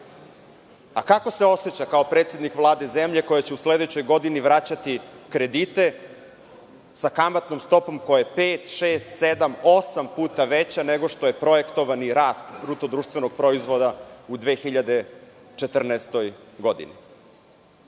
je kako se oseća kao predsednik Vlade zemlje koja će u sledećoj godini vraćati kredite sa kamatnom stopom koja je 5 – 8 puta veća nego što je projektovani rast BDP u 2014. godini? Šta